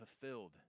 fulfilled